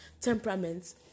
temperaments